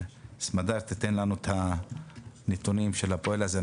סמדר תיתן לנו את הנתונים של הפועל הזה.